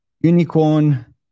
unicorn